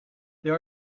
there